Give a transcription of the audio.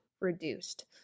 reduced